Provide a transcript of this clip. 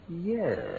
Yes